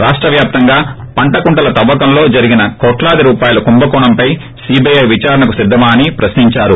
రాష్టవ్యాప్తంగా పంట కుంటల తవ్వకంలో జరిగిన కోట్లాది రూపాయల కుంభకోణంపై స్త్రీపి విచారణకు సిద్దమా అని ప్రశ్నించారు